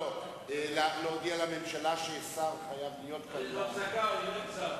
חברי חברי הכנסת,